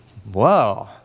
Whoa